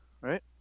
right